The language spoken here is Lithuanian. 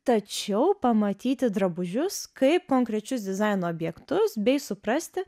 tačiau pamatyti drabužius kaip konkrečius dizaino objektus bei suprasti